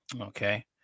Okay